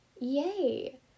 Yay